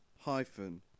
hyphen